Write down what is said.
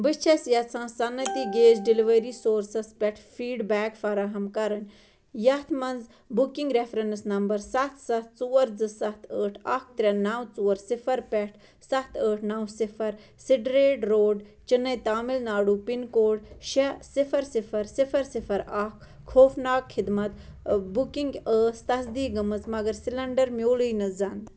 بہٕ چھَس یژھان سَنتی گیس ڈیلوری سورسَس پٮ۪ٹھ فیٖڈ بیک فراہَم کَرُن یَتھ منٛز بُکِنٛگ رفرینَس نَمبَر سَتھ سَتھ ژور زٕ سَتھ ٲٹھ اَکھ ترٛےٚ نَو ژور صِفَر پٮ۪ٹھ سَتھ ٲٹھ نَو صِفَر سِڈریٹ road Chennai Tamil Nadu pin code شےٚ صِفَر صِفَر صِفَر اَکھ خۄفناک خدمَت بُکِنٛگ ٲسۍ تصدیٖق گٔمٕژ مگر سِلیٚنڈَر میوٗلٕۍ نہٕ زَن